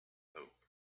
hope